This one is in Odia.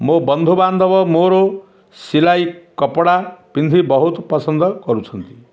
ମୋ ବନ୍ଧୁବାନ୍ଧବ ମୋର ସିଲେଇ କପଡ଼ା ପିନ୍ଧି ବହୁତ ପସନ୍ଦ କରୁଛନ୍ତି